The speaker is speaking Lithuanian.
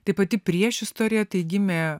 tai pati priešistorė tai gimė